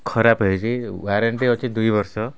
ଖରାପ ହେଇଛି ୱାରେଣ୍ଟି ଅଛି ଦୁଇ ବର୍ଷ